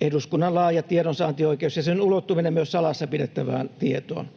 eduskunnan laaja tiedonsaantioikeus ja sen ulottuminen myös salassa pidettävään tietoon.